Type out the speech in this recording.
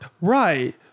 right